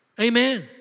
Amen